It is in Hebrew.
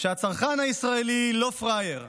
שהצרכן הישראלי לא פראייר.